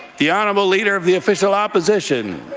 the honourable leader of the official opposition.